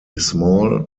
small